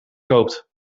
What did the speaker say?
koopt